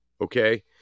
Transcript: okay